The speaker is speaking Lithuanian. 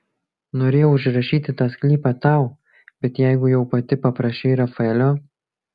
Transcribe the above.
norėjau užrašyti tą sklypą tau bet jeigu jau pati paprašei rafaelio